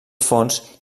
fons